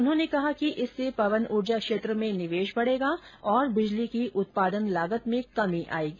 उन्होंने कहा कि इससे पवन ऊर्जा क्षेत्र में निवेश बढेगा और बिजली की उत्पादन लागत में कमी आएगी